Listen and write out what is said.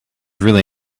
really